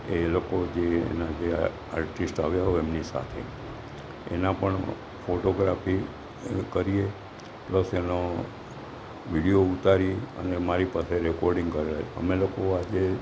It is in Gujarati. એ લોકો જે એના જે આર્ટિસ્ટ આવ્યાં હોય એમની સાથે એના પણ ફોટોગ્રાફી કરીએ પ્લસ એનો વિડિયો ઉતારી અને મારી પાસે રેકોડિંગ કરે અમે લોકો આજે